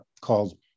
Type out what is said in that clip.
called